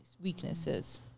weaknesses